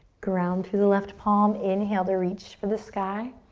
ground through the left palm. inhale to reach for the sky.